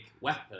weapon